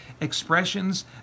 expressions